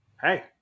Hey